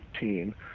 15